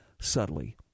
subtly